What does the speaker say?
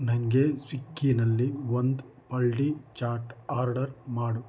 ನನಗೆ ಸ್ವಿಕ್ಕಿನಲ್ಲಿ ಒಂದು ಪಲ್ಡಿ ಚಾಟ್ ಆರ್ಡರ್ ಮಾಡು